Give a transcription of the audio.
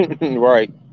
right